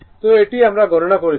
তো এটি আমরা গণনা করেছি